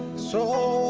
so